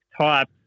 type